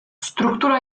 struktura